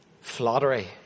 Flattery